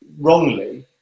wrongly